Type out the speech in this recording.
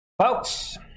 folks